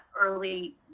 early